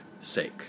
sake